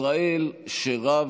ישראל שרב